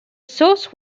source